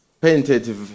Painted